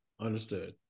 understood